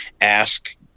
ask